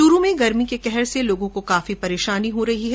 च्रू में गर्मी के कहर से लोगों को काफी परेशानी हो रही है